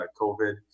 COVID